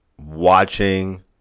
watching